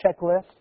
checklist